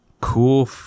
cool